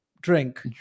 drink